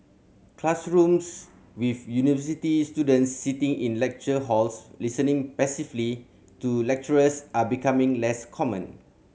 classrooms with university students sitting in lecture halls listening passively to lecturers are becoming less common